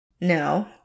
No